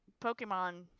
Pokemon